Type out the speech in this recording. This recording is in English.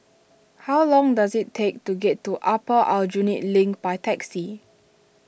how long does it take to get to Upper Aljunied Link by taxi